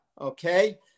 okay